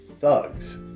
thugs